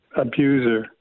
abuser